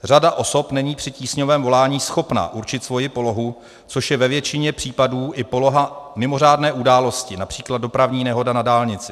Řada osob není při tísňovém volání schopna určit svoji polohu, což je ve většině případů i poloha mimořádné události, například dopravní nehoda na dálnici.